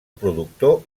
productor